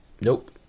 Nope